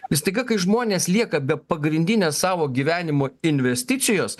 ir staiga kai žmonės lieka be pagrindinės savo gyvenimo investicijos